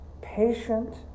patient